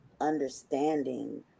understanding